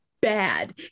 bad